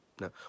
No